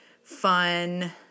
fun